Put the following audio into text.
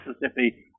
mississippi